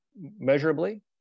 measurably